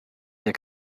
jak